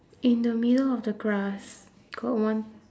in the middle of the grass got one